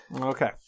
Okay